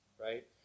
right